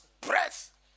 breath